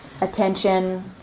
Attention